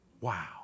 Wow